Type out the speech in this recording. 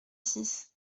six